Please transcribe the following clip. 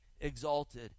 exalted